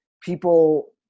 people